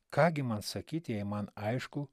ką gi man sakyt jei man aišku